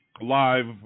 live